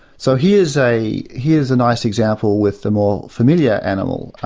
so here's a here's a nice example with the more familiar animal,